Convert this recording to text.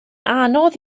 anodd